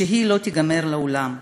והיא לא תיגמר לעולם.